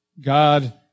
God